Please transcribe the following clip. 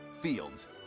Fields